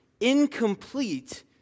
incomplete